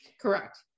correct